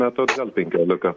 metų atgal penkiolika